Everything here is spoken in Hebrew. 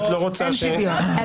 ואת לא רוצה --- אבל